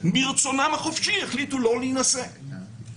הכרוכים אלא באמת